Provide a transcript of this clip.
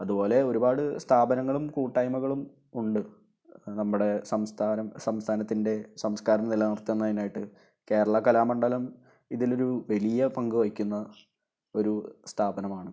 അതുപോലെ ഒരുപാട് സ്ഥാപനങ്ങളും കൂട്ടായ്മകളും ഉണ്ട് നമ്മുടെ സംസ്ഥാനം സംസ്ഥാനത്തിന്റെ സംസ്കാരം നിലനിര്ത്തുന്നതിനായിട്ട് കേരള കലാമണ്ഡലം ഇതിലൊരു വലിയ പങ്ക് വഹിക്കുന്ന ഒരൂ സ്ഥാപനമാണ്